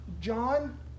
John